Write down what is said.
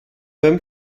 beim